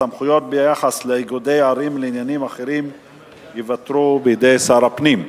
הסמכויות ביחס לאיגודי ערים לעניינים אחרים ייוותרו בידי שר הפנים,